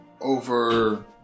over